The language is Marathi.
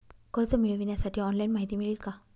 कर्ज मिळविण्यासाठी ऑनलाइन माहिती मिळेल का?